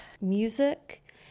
music